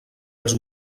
els